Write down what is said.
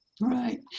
Right